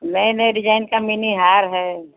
नए नए डिजाइन का मिनी हार है